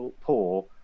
poor